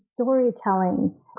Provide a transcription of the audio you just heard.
storytelling